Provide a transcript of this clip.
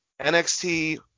nxt